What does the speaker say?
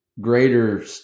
greater